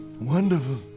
Wonderful